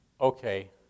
okay